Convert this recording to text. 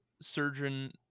surgeon